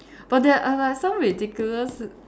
but there are like some ridiculous